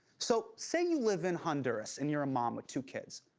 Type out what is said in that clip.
so, say you live in honduras and you're a mom with two kids.